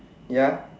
ya